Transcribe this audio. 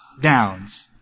downs